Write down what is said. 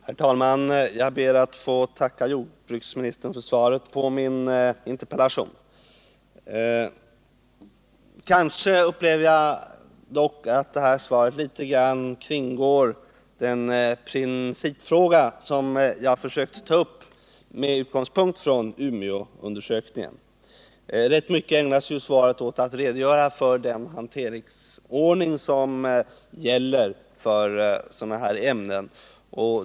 Herr talman! Jag ber att få tacka jordbruksministern för svaret på min interpellation. Jag upplevde dock att det här svaret litet grand kringgår den principfråga som jag försökte ta upp med utgångspunkt i Umeåundersökningen. Rätt mycket ägnas svaret åt att redogöra för den hanteringsordning som gäller för sådana här ämnen.